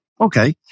okay